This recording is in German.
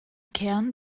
kern